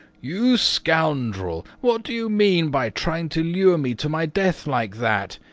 you scoundrel, what do you mean by trying to lure me to my death like that?